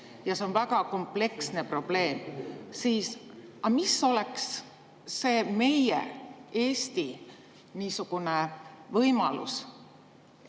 see on väga kompleksne probleem, siis mis oleks see meie, Eesti võimalus